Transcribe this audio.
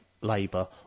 labour